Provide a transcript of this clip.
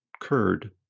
Curd